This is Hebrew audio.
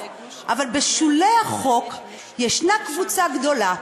אבל בשולי החוק ישנה קבוצה גדולה,